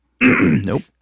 Nope